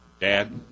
dad